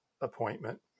appointment